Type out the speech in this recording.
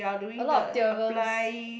a lot of theorems